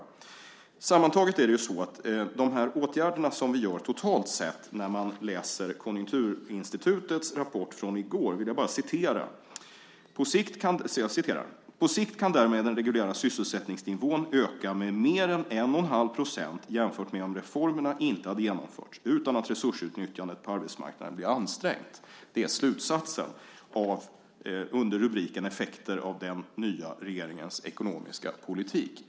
När det sammantaget gäller de åtgärder vi gör totalt sett vill jag bara citera ur Konjunkturinstitutets rapport från i går: "På sikt kan därmed den reguljära sysselsättningsnivån öka med mer än 1,5 procent jämfört med om reformerna inte hade genomförts, utan att resursutnyttjandet på arbetsmarknaden blir ansträngt." Det är slutsatsen under rubriken "Effekter av den nya regeringens ekonomiska politik".